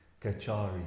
Kachari